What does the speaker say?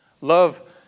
Love